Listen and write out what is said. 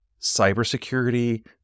cybersecurity